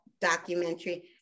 documentary